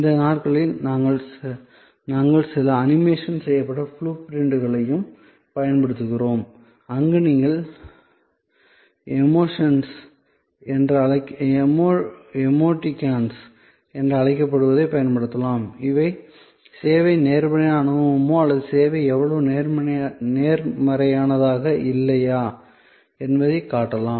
இந்த நாட்களில் நாங்கள் சில அனிமேஷன் செய்யப்பட்ட ப்ளூ பிரிண்ட்களையும் பயன்படுத்துகிறோம் அங்கு நீங்கள் எமோடிகான்கள் என்று அழைக்கப்படுவதைப் பயன்படுத்தலாம் இது சேவை நேர்மறையான அனுபவமா அல்லது சேவை அவ்வளவு நேர்மறையானதா இல்லையா என்பதைக் காட்டலாம்